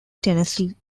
tennessee